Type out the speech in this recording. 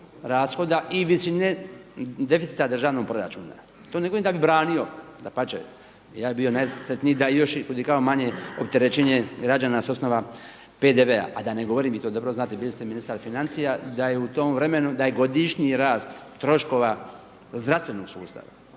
i visine deficita državnog proračuna. To ne govorim da bi branio, dapače, ja bih bio najsretniji da je još i kudikamo manje opterećenje građana s osnova PDV-a. A da ne govorim to dobro znate bili ste ministar financija da je u tom vremenu da je godišnji rast troškova zdravstvenog sustava,